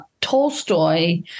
Tolstoy